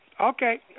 Okay